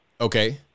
Okay